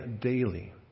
daily